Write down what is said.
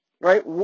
Right